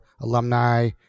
alumni